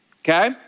okay